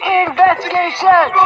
investigation